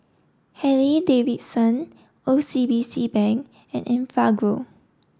Harley Davidson O C B C Bank and Enfagrow